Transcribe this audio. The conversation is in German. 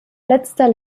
letzter